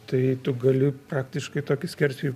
tai tu gali praktiškai tokį skersvėjį